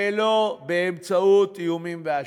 ולא באיומים והשבתות.